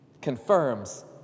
confirms